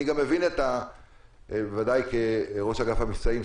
אני גם מבין בוודאי כראש אגף המבצעים,